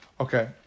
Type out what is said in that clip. Okay